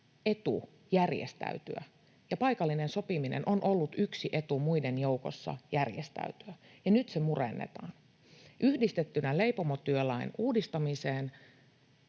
etu järjestäytyä, ja paikallinen sopiminen on ollut yksi etu muiden joukossa järjestäytyä, niin nyt se murennetaan yhdistettynä leipomotyölain uudistamiseen.